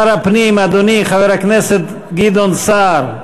שר הפנים אדוני חבר הכנסת גדעון סער,